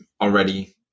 already